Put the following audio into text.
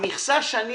המכסה שאני